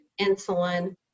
insulin